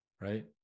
right